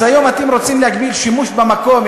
אז היום אתם רוצים להגביל שימוש במקום.